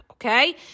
Okay